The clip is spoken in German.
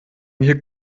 hier